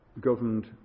governed